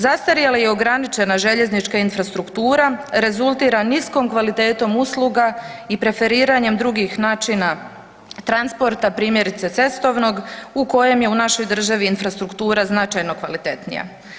Zastarjele i ograničena željeznička infrastruktura rezultira niskom kvalitetom usluga i preferiranjem drugih načina transporta, primjerice cestovnog u kojem je u našoj državi infrastruktura značajno kvalitetnija.